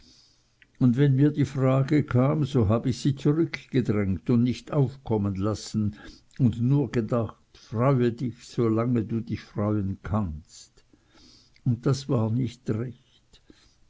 und wenn mir die frage kam so hab ich sie zurückgedrängt und nicht aufkommen lassen und nur gedacht freue dich solange du dich freuen kannst und das war nicht recht